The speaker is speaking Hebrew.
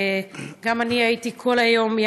גם אני הייתי כל היום עם